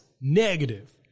negative